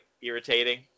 irritating